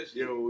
yo